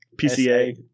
PCA